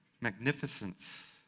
magnificence